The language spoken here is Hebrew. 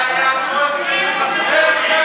זה היה, ספקטקולרי.